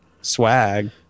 swag